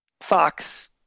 Fox